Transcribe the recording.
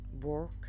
work